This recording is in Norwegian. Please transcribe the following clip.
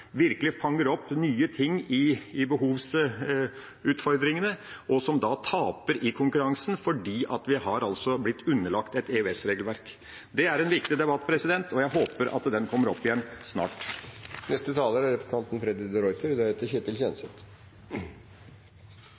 virkelig fanger opp nye ting i behovsutfordringene, og som da taper i konkurransen fordi vi har blitt underlagt et EØS-regelverk. Det er en viktig debatt. Jeg håper at den kommer opp igjen snart. Det er